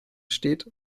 steht